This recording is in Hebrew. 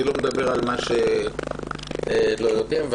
אני לא מדבר על מה שלא יודעים,